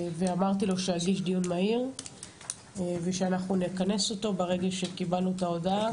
ואמרתי לו שיגיש דיון מהיר ושאנחנו נכנס אותו ברגע שקיבלנו את ההודעה.